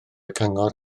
cyngor